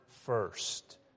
first